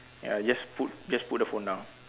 ya just put just put the phone down